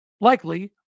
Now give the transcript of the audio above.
likely